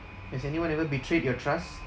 has anyone ever betrayed your trust